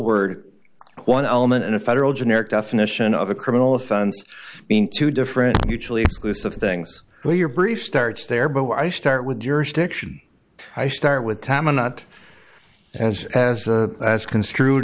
word one element in a federal generic definition of a criminal offense mean two different mutually exclusive things where your brief starts there but i start with jurisdiction i start with tom i'm not as as a as construed